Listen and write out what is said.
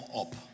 up